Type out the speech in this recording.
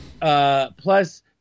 plus